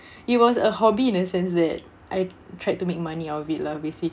it was a hobby in a sense that I tried to make money out of it lah basically